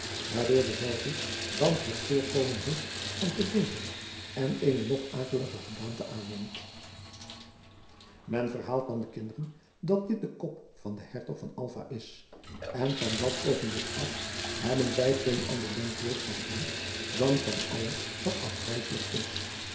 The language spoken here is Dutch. waardoor dezelve dan het voorkomen heeft van te leven en eene nog akeliger gedaante aanneemt men verhaalt dan den kinderen dat dit de kop van den hertog van alva is en van dat oogenblik af hebben zij geen ander denkbeeld van hem dan van alles wat afgrijsfelijk is